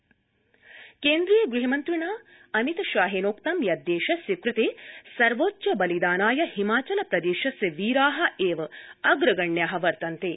अमित शाह केन्द्रीयगृहमन्त्रिणा अमितशाहेनोक्तं यत् देशस्य कृते सर्वोच्चबलिदानाय हिमाचल प्रदेशस्य वीरा एव अग्रगण्या वर्तन्ते